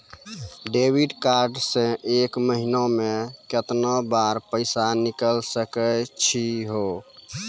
Debit card से एक महीना मा केतना बार पैसा निकल सकै छि हो?